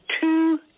two